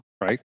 Right